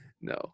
No